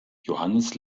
johannes